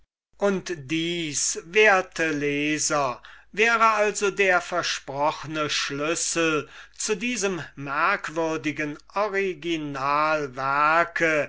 und dies werte leser wäre also der versprochne schlüssel zu diesem merkwürdigen